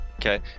Okay